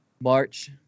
March